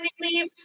leave